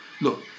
Look